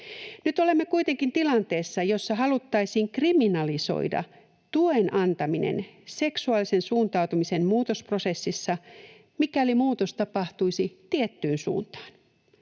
Nyt olemme kuitenkin tilanteessa, jossa haluttaisiin kriminalisoida tuen antaminen seksuaalisen suuntautumisen muutosprosessissa, mikäli muutos tapahtuisi tiettyyn suuntaan.